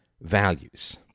values